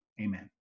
amen